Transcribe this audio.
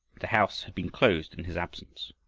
the house had been closed in his absence.